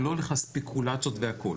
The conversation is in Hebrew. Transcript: אני לא הולך לספקולציות והכול.